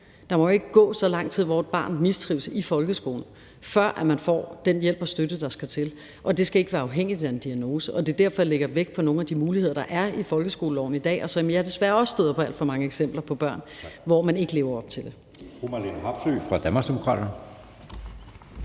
Der må jo ikke gå så lang tid, hvor et barn mistrives i folkeskolen, før man får den hjælp og støtte, der skal til, og det skal ikke være afhængigt af en diagnose. Og det er derfor, jeg lægger vægt på nogle af de muligheder, der er i folkeskoleloven i dag, og desværre støder jeg også på alt for mange eksempler med børn, hvor man ikke lever op til det.